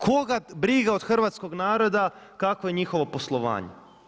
Koga briga od hrvatskog naroda kakvo je njihovo poslovanje?